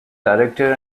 directed